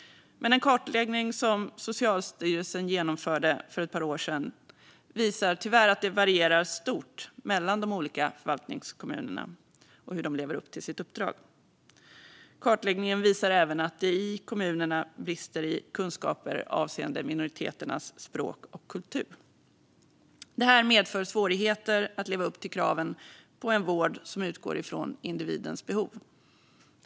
Men en kartläggning som Socialstyrelsen genomförde för ett par år sedan visar tyvärr att det varierar stort mellan de olika förvaltningskommunerna när det gäller hur de lever upp till sitt uppdrag. Kartläggningen visar även att det i kommunerna brister i kunskaper avseende minoriteternas språk och kultur. Det här medför svårigheter att leva upp till kraven på en vård som utgår från individens behov.